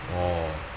oh